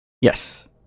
Yes